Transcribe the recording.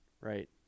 right